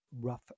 rough